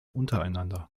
untereinander